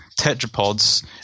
tetrapods